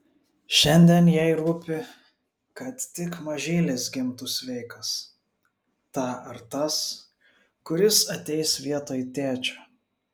šiandien jai rūpi kad tik mažylis gimtų sveikas ta ar tas kuris ateis vietoj tėčio